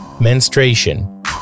Menstruation